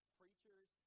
preachers